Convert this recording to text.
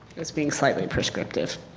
being slightly prescriptive.